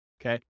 okay